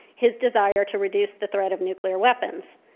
his desire to reduce the threat of nuclear weapons.